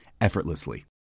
effortlessly